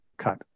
cut